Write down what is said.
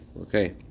Okay